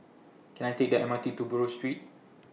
Can I Take The M R T to Buroh Street